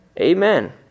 Amen